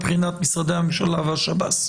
מבחינת משרדי הממשלה והשב"ס.